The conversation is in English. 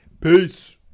Peace